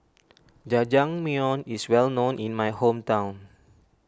Jajangmyeon is well known in my hometown